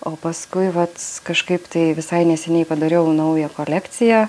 o paskui vat kažkaip tai visai neseniai padariau naują kolekciją